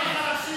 לפה.